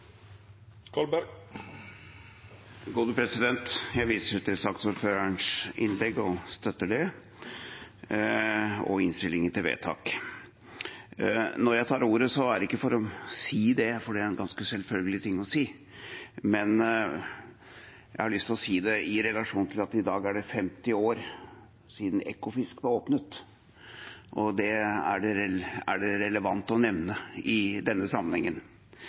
Jeg viser til saksordførerens innlegg og støtter det og komiteens innstilling til vedtak. Når jeg tar ordet, er det ikke for å si det – for det er en ganske selvfølgelig ting å si – men jeg har lyst til å si i relasjon til dette at det i dag er 50 år siden Ekofisk åpnet; det er det relevant å nevne i denne sammenhengen.